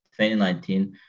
2019